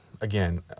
again